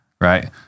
right